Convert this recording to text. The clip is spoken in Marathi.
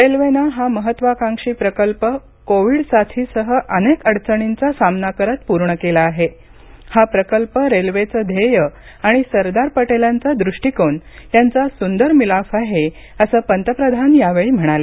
रेल्वेनं हा महत्त्वाकांक्षी प्रकल्प कोविड साथीसह अनेक अडचणींचा सामना करत पूर्ण केला आहे हा प्रकल्प रेल्वेचं ध्येय आणि सरदार पटेलांचा दृष्टीकोन यांचा सुंदर मिलाफ आहे असं पंतप्रधान यावेळी म्हणाले